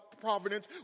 providence